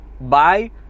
Bye